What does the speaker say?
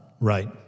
Right